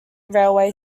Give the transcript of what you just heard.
railway